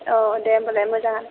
औ दे होनबालाय मोजां